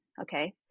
Okay